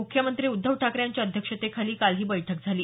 मुख्यमंत्री उद्धव ठाकरे यांच्या अध्यक्षतेखाली काल ही बैठक झाली